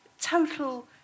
total